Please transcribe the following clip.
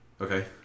Okay